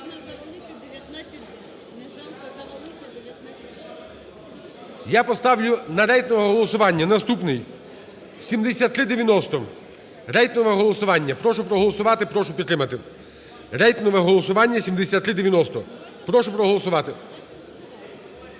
Я поставлю на рейтингове голосування наступний 7390. Рейтингове голосування. Прошу проголосувати. Прошу підтримати. Рейтингове голосування 7390. Прошу проголосувати.